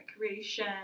recreation